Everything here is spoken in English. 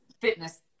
fitness